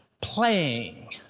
playing